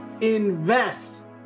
Invest